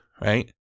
right